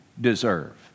deserve